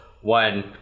One